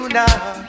now